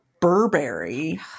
Burberry